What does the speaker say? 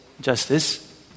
justice